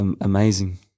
amazing